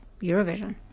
Eurovision